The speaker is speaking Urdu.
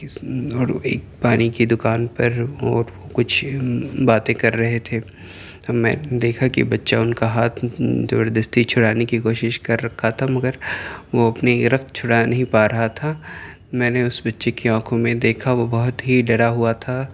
اور ایک پانی کی دوکان پر وہ کچھ باتیں کر رہے تھے میں نے دیکھا کہ بچہ ان کا ہاتھ زبردستی چھڑانے کی کوشش کر رکھا تھا مگر وہ اپنی گرفت چھڑا نہیں پا رہا تھا میں نے اس بچے کی آنکھوں میں دیکھا وہ بہت ہی ڈرا ہوا تھا